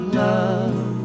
love